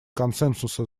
консенсуса